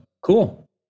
cool